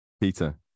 peter